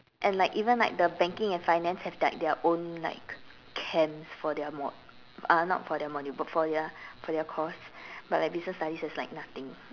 and like even like the banking and finance have like their own like camps for their mod uh not for their module but for their for their course but like business studies has nothing